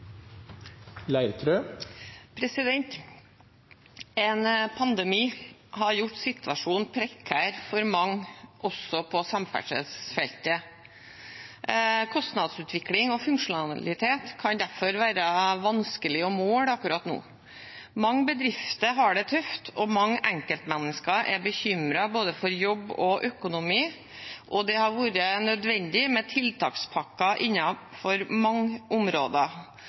En pandemi har gjort situasjonen prekær for mange, også på samferdselsfeltet. Kostnadsutvikling og funksjonalitet kan derfor være vanskelig å måle akkurat nå. Mange bedrifter har det tøft, mange enkeltmennesker er bekymret for både jobb og økonomi, og det har vært nødvendig med tiltakspakker innenfor mange områder.